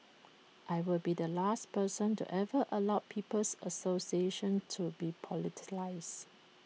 I will be the last person to ever allow people's association to be politicised